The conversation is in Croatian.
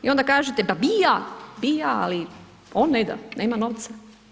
I onda kažete pa bi ja, bi ja ali on ne da, nema novaca.